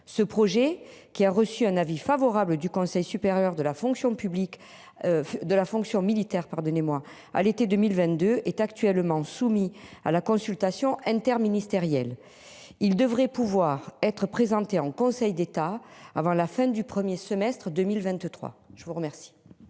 ce projet qui a reçu un avis favorable du Conseil supérieur de la fonction publique. De la fonction militaire. Pardonnez-moi, à l'été 2022 est actuellement soumis à la consultation interministérielle. Ils devraient pouvoir être présenté en Conseil d'État avant la fin du 1er semestre 2023. Je vous remercie.